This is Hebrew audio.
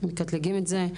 מקטלגים את זה.